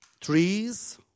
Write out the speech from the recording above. trees